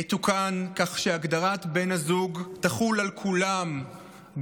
יתוקן כך שהגדרת "בן הזוג" תחול על כולם,